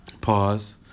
Pause